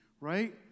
Right